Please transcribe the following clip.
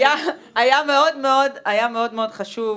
היה מאוד-מאוד חשוב,